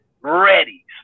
ready